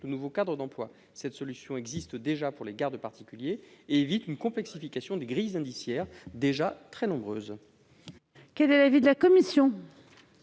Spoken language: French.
de nouveaux. Cette solution existe déjà pour les gardes particuliers et évite une complexification des grilles indiciaires, déjà très nombreuses.